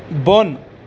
بۄن